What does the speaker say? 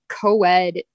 co-ed